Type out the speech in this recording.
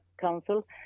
Council